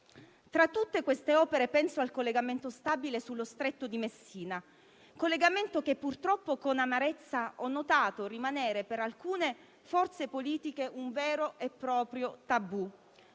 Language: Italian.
Tra tutte queste opere penso al collegamento stabile sullo Stretto di Messina, collegamento che purtroppo con amarezza ho notato rimanere per alcune forze politiche un vero e proprio tabù.